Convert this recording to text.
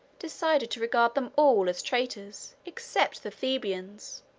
decided to regard them all as traitors except the thebans.